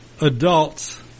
adults